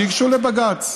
שייגשו לבג"ץ.